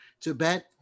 Tibet